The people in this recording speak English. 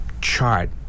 chart